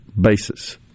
basis